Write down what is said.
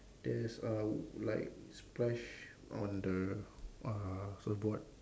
there's a like splash on the uh surfboard